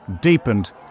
deepened